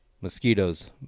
mosquitoes